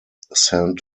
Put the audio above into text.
saint